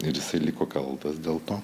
ir jisai liko kaltas dėl to